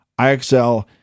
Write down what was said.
IXL